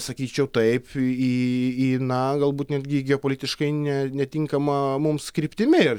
sakyčiau taip į į na galbūt netgi geopolitiškai ne netinkama mums kryptimi